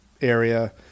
area